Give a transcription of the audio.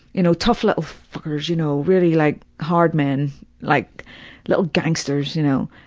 you know, tough little fuckers, you know, really like hard men, like little gangsters, you know,